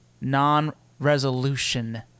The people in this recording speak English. non-resolution